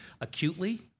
acutely